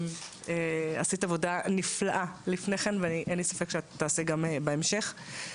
עשית עבודה נפלאה לפני כן ואין לי ספק שתעשי גם בהמשך.